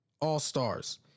All-Stars